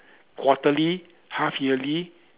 quarterly half yearly